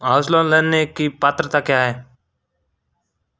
House loan लेने की पात्रता क्या है?